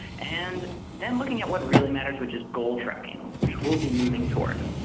and then looking at what really matters which is gold tracking which we will be moving toward.